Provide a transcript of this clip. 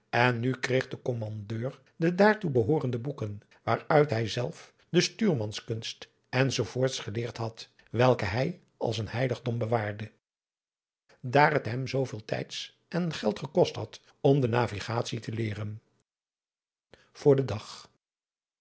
en nu kreeg de kommandeur de daartoe behoorende boeken waaruit hij zelf de stuurmanskunst enz geleerd had welke hij als een heiligdom bewaarde daar het hem zooveel tijds en geld gekost had om de navigatie te leeren voor den dag